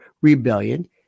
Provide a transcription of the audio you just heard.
rebellion